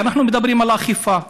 אנחנו מדברים על אכיפה.